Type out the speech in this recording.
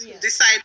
decide